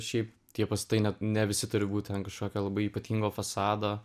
šiaip tie pastatai net ne visi turi būti ten kažkokio labai ypatingo fasado